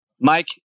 Mike